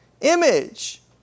image